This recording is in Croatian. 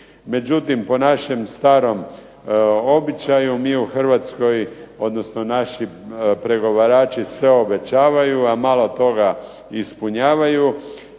Međutim, po našem starom običaju mi u Hrvatskoj, odnosno naši pregovarači sve obećavaju, a malo toga ispunjavaju